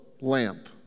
lamp